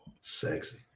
Sexy